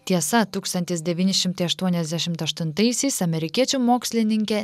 tiesa tūkstantis devyni šimtai aštuoniasdešimt aštuntaisiais amerikiečių mokslininkė